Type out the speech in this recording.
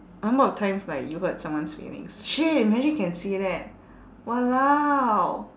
number of times like you hurt someone's feelings shit imagine can see that !walao!